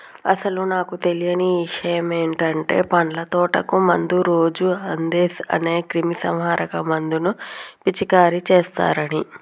అసలు నాకు తెలియని ఇషయమంటే పండ్ల తోటకు మందు రోజు అందేస్ అనే క్రిమీసంహారక మందును పిచికారీ చేస్తారని